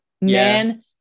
Man